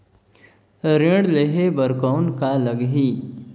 ऋण लेहे बर कौन का लगही?